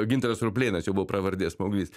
gintaras ruplėnas jo buvo pravardė smauglys